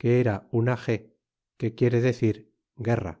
que era una g que quiere decir guerra